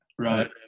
Right